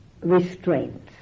restraints